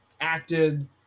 acted